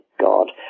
God